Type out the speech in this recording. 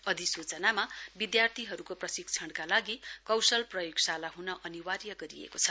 अधिसूचनामा विद्यार्थीहरूको प्रशिक्षणका लागि कौशल प्रयोगशाला हुन अनिवार्य गरिएको छ